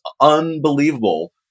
unbelievable